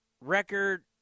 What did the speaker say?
record